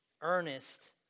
Earnest